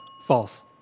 False